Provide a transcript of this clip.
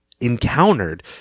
encountered